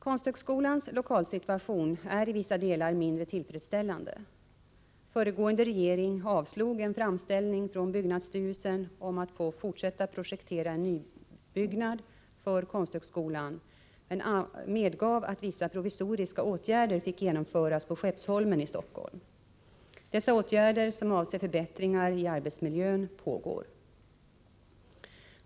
Konsthögskolans lokalsituation är i vissa delar mindre tillfredsställande. Föregående regering avslog en framställning från byggnadsstyrelsen om att få fortsätta projektera en nybyggnad för Konsthögskolan men medgav att vissa provisoriska åtgärder fick genomföras på Skeppsholmen i Stockholm. Dessa åtgärder, som avser förbättringar i arbetsmiljön, pågår.